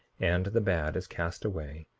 and the bad is cast away,